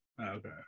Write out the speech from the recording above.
okay